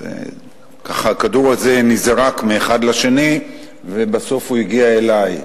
ככה הכדור הזה נזרק מאחד לשני ובסוף הוא הגיע אלי,